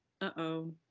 uh-oh